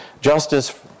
Justice